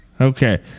Okay